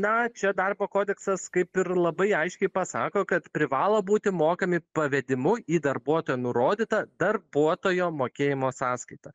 na čia darbo kodeksas kaip ir labai aiškiai pasako kad privalo būti mokami pavedimu į darbuotojo nurodytą darbuotojo mokėjimo sąskaitą